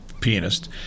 pianist